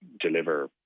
deliver